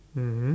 mmhmm